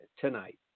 tonight